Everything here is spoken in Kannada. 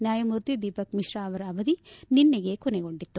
ನ್ಯಾಯಮೂರ್ತಿ ದೀಪಕ್ ಮಿಶ್ರು ಅವರ ಅವಧಿ ನಿನ್ನೆಗೆ ಕೊನೆಗೊಂಡಿತ್ತು